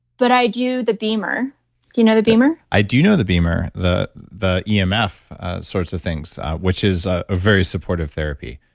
but i do the beamer. do you know the beamer? i do know the beamer, the the yeah emf sorts of things, which is a very supportive therapy.